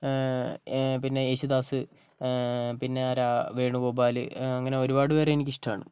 പിന്നെ യേശുദാസ് പിന്നെ ആരാണ് വേണുഗോപാൽ അങ്ങനെ ഒരുപാട് പേരെ എനിക്കിഷ്ട്മാണ്